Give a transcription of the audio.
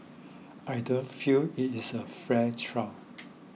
I don't feel it is a fair trial